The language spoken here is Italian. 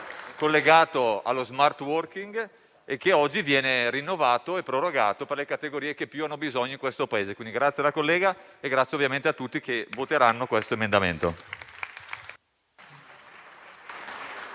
collegato allo *smart working* che oggi viene rinnovato e prorogato per le categorie che hanno più bisogno in questo Paese. Grazie alla collega e grazie a tutti coloro che voteranno l'emendamento.